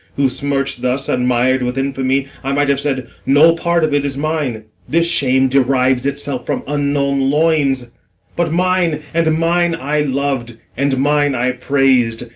who smirched thus, and mir'd with infamy, i might have said, no part of it is mine this shame derives itself from unknown loins but mine, and mine i lov'd, and mine i prais'd,